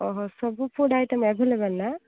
ଓହୋ ସବୁ food item available ନା